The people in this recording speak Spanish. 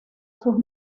sus